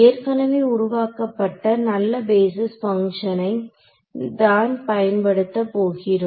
ஏற்கனவே உருவாக்கப்பட்ட நல்ல பேஸிஸ் பங்ஷனை தான் பயன்படுத்த போகிறோம்